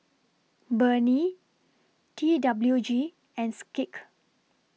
Burnie T W G and Schick